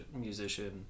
musician